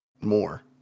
More